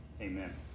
Amen